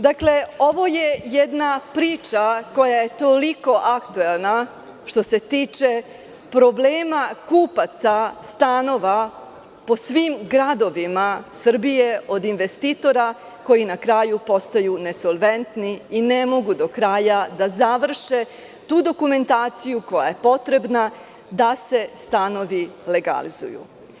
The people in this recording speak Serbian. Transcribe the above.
Dakle, ovo je jedna priča koja je toliko aktuelna što se tiče problema kupaca stanova po svim gradovima Srbije od investitora koji na kraju postaju nesolventni i ne mogu do kraja da završe tu dokumentaciju koja je potrebna da se stanovi legalizuju.